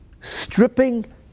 stripping